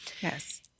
Yes